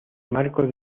marco